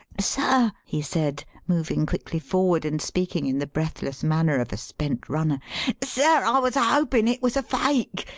sir, he said, moving quickly forward and speaking in the breathless manner of a spent runner sir, i was a-hopin' it was a fake,